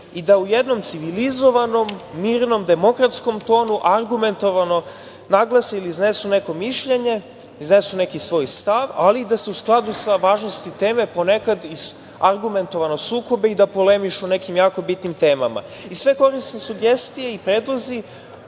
i da u jednom civilizovanom, mirnom, demokratskom tonu argumentovano naglase ili iznesu neko mišljenje, iznesu neki svoj stav, ali da se u skladu sa važnosti teme ponekad i argumentovano sukobe i polemišu o nekim jako bitnim temama. Sve korisne sugestije i predlozi